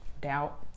Doubt